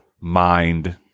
mind